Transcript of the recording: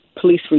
police